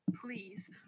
Please